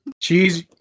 Cheese